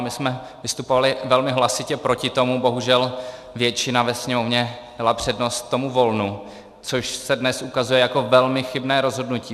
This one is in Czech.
My jsme vystupovali velmi hlasitě proti tomu, bohužel většina ve Sněmovně dala přednost tomu volnu, což se dnes ukazuje jako velmi chybné rozhodnutí.